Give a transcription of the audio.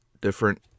different